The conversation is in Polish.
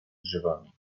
drzewami